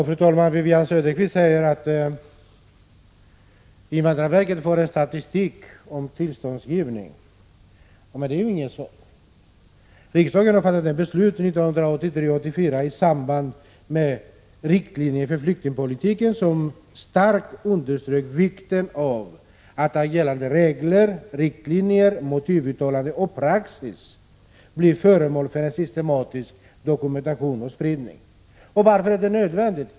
Fru talman! Wivi-Anne Cederqvist säger att invandrarverket för en statistik över tillståndsgivningen. Men det är ju inget svar! Riksdagen har fattat ett beslut — 1983/84, i samband med riktlinjer för flyktingpolitiken — som starkt understryker vikten av att agerandet enligt regler, riktlinjer, motivuttalanden och praxis blir föremål för en systematisk dokumentation och spridning. Varför är detta nödvändigt?